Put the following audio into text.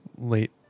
late